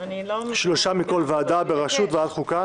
שלושה מכל ועדה בראשות ועדת החוקה,